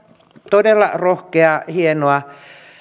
todella rohkeaa